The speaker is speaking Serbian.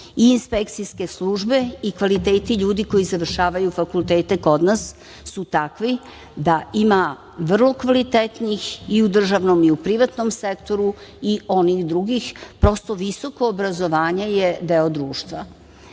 i inspekcijske službe i kvaliteti ljudi koji završavaju fakultete kod nas su takvi da ima vrlo kvalitetnih i u državnom i u privatnom sektoru i onih drugih. Prosto, visoko obrazovanje je deo društva. Slažem